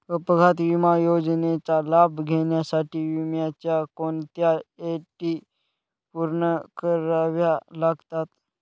अपघात विमा योजनेचा लाभ घेण्यासाठी विम्याच्या कोणत्या अटी पूर्ण कराव्या लागतात?